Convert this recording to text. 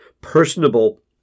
personable